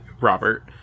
Robert